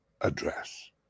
address